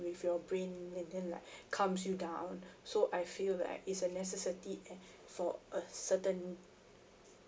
with your brain and then like calms you down so I feel like it's a necessity and for a certain